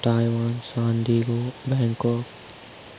Taiwan san diego Bangkok